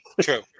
True